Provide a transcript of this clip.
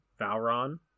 Valron